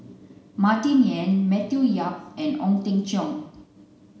Martin Yan Matthew Yap and Ong Teng Cheong